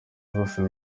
zose